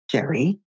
Jerry